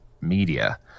media